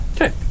Okay